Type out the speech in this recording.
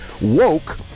Woke